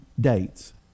dates